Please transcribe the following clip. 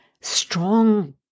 strong